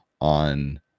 on